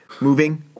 moving